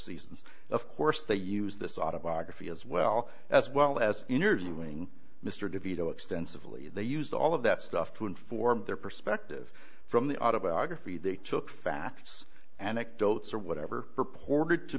seasons of course they use this autobiography as well as well as interviewing mr de vito extensively they use all of that stuff to inform their perspective from the autobiography they took facts anecdotes or whatever purported to